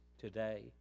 today